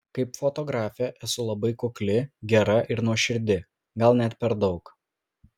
kaip fotografė esu labai kukli gera ir nuoširdi gal net per daug